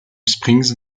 springs